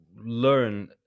learn